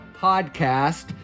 podcast